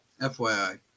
FYI